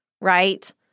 right